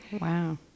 Wow